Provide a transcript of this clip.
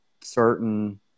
certain